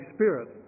Spirit